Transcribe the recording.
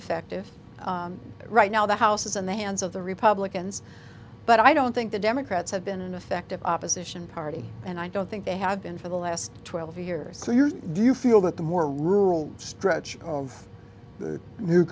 effective but right now the house is in the hands of the republicans but i don't think the democrats have been an effective opposition party and i don't think they have been for the last twelve years so you're do you feel that the more rural stretch of the new